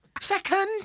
second